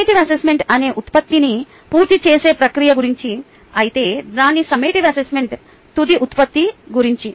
formative assessment అనేది ఉత్పత్తిని పూర్తి చేసే ప్రక్రియ గురించి అయితే దాని సమ్మటివ్ అసెస్మెంట్ తుది ఉత్పత్తి గురించి